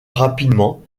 rapidement